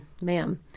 ma'am